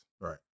Right